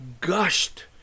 gushed